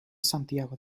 santiago